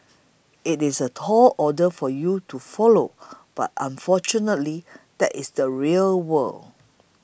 it's a tall order for you to follow but unfortunately that's the real world